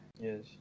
Yes